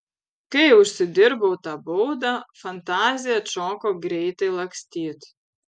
kai užsidirbau tą baudą fantazija atšoko greitai lakstyt